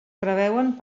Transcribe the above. preveuen